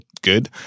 good